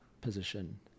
position